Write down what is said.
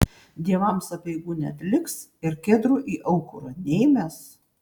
dievams apeigų neatliks ir kedrų į aukurą neįmes